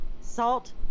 Salt